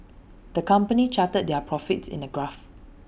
the company charted their profits in A graph